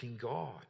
God